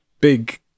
big